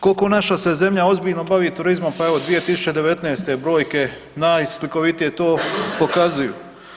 Koliko se naša zemlja ozbiljno bavi turizmom, pa evo 2019. brojke najslikovitije to pokazuju.